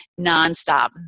nonstop